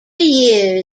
year